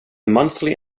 monthly